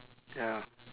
ya